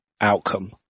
outcome